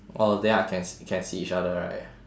oh then I can can see each other right